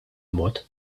mod